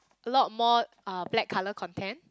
a lot more uh black colour content